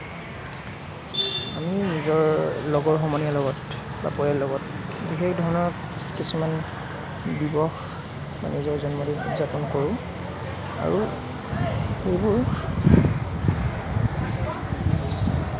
আমি নিজৰ লগৰ সমনীয়াৰ লগত বা পৰিয়ালৰ লগত বিশেষ ধৰণৰ কিছুমান দিৱস বা নিজৰ জন্মদিন উদযাপন কৰোঁ আৰু সেইবোৰ